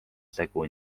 segu